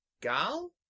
gal